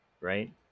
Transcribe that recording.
right